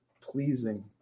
pleasing